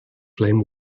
flame